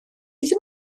ddim